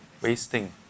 wasting